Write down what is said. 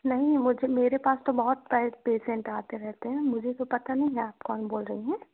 नहीं मुझे मेरे पास तो बहुत पेसेंट आते रहते हैं मुझे तो पता नहीं है आप कौन बोल रही हैं